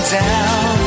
down